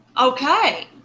Okay